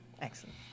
Excellent